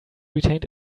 retained